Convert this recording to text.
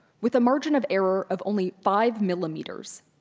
with a margin of error of only five millimeters,